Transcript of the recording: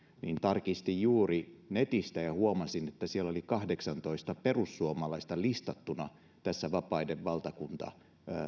niin tarkistin juuri netistä ja huomasin että siellä oli kahdeksantoista perussuomalaista listattuna vapaiden valtakunta